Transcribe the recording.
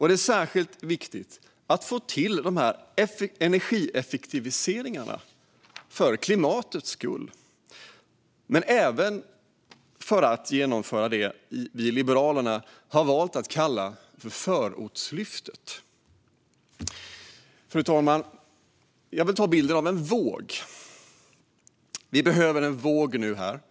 Det är särskilt viktigt att få till energieffektiviseringar för klimatets skull men även att genomföra det som vi i Liberalerna har valt att kalla förortslyftet. Fru talman! Jag vill använda bilden av en våg.